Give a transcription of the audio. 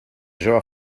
jove